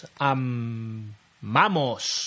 amamos